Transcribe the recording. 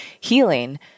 healing